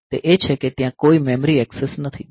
તે એ છે કે ત્યાં કોઈ મેમરી એક્સેસ નથી